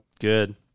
Good